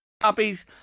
Copies